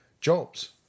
jobs